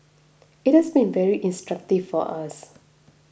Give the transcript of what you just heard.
it has been very instructive for us